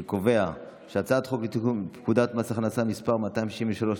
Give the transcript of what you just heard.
אני קובע שהצעת החוק לתיקון פקודת מס הכנסה (מס' 263),